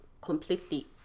completely